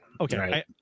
Okay